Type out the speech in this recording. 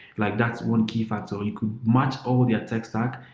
like that's one key factor. you could match all their tech stack,